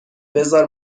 بزار